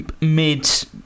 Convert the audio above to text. mid